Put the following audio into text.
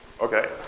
Okay